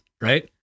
right